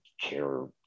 care